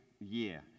year